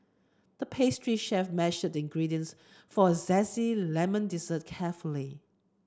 the pastry chef measured the ingredients for a zesty lemon dessert carefully